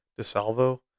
DeSalvo